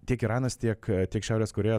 tiek iranas tiek tiek šiaurės korėja